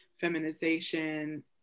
feminization